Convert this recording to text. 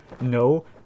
No